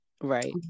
Right